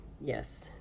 Yes